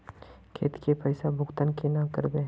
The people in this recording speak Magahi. खेत के पैसा भुगतान केना करबे?